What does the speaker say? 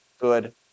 good